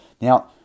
Now